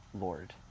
Lord